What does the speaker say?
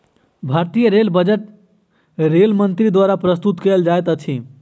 भारतीय rail budget rail मंत्री द्वारा प्रस्तुत कयल जाइत अछि